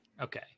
okay